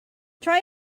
try